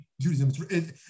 Judaism